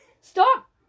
Stop